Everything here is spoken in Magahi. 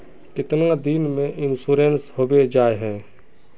कीतना दिन में इंश्योरेंस होबे जाए है?